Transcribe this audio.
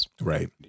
Right